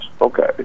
Okay